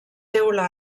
teula